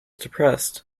depressed